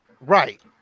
Right